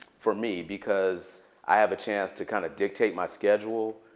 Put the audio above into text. for me, because i have a chance to kind of dictate my schedule.